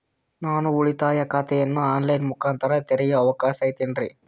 ನಾನು ಉಳಿತಾಯ ಖಾತೆಯನ್ನು ಆನ್ ಲೈನ್ ಮುಖಾಂತರ ತೆರಿಯೋ ಅವಕಾಶ ಐತೇನ್ರಿ?